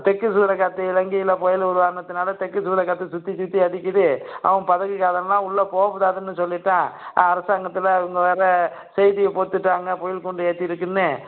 தெற்கு சூறக்காற்று இலங்கையில் புயலு உருவானதினால தெற்கு சூறக்காற்று சுற்றி சுற்றி அடிக்குது அவன் படகுகாரனெல்லாம் உள்ளே போகக்கூடாதுன்னு சொல்லிவிட்டான் அரசாங்கத்தில் அவங்க வேறு செய்தியை போட்டுவிட்டாங்க புயல் கூண்டு ஏற்றிருக்குன்னு